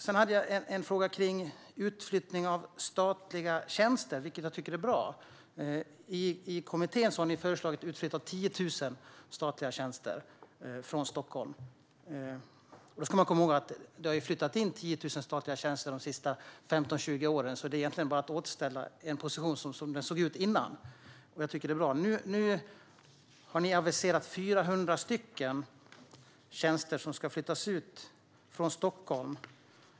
Jag hade också en fråga om utflyttning av statliga tjänster, vilket jag tycker är någonting bra. I kommittén har ni föreslagit utflyttning av 10 000 statliga tjänster från Stockholm. Då ska vi komma ihåg att det har flyttat in 10 000 statliga tjänster de sista 15-20 åren, så detta innebär egentligen bara att man återställer det hela till hur det såg ut tidigare. Jag tycker att detta är bra. Nu har ni aviserat 400 tjänster som ska flyttas ut från Stockholm.